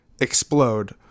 explode